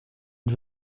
ils